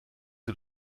sie